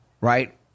right